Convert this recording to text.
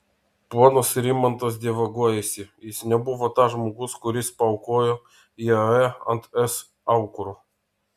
ponas rimantas dievagojasi jis nebuvo tas žmogus kuris paaukojo iae ant es aukuro